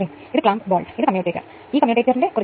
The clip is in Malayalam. ഇപ്പോൾ വോൾട്ടേജ് അനുപാതം കെ 1380011500 138115 ആയിരിക്കും